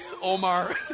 Omar